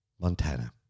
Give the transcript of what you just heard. Montana